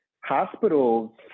Hospitals